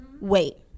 Wait